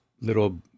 little